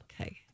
Okay